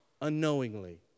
unknowingly